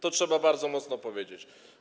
To trzeba bardzo mocno powiedzieć.